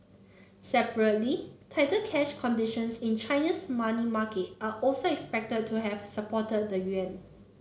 separately tighter cash conditions in Chinese money market are also expected to have supported the yuan